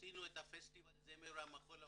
כשעשינו את פסטיבל זמר המחול ההודי,